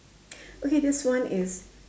okay this one is